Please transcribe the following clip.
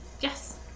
yes